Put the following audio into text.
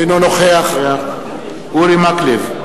אינו נוכח סטס מיסז'ניקוב, אינו נוכח אורי מקלב,